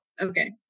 okay